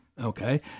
Okay